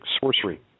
sorcery